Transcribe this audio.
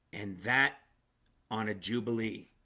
and that on a jubilee?